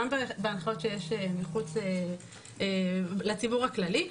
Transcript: גם בהנחיות שיש לציבור הכללי.